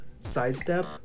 sidestep